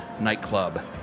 Nightclub